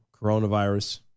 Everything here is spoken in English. coronavirus